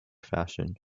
fashion